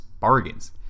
bargains